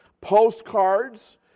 Postcards